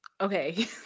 Okay